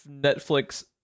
Netflix